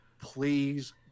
please